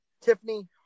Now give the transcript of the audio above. Tiffany